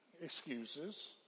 excuses